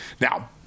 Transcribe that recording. Now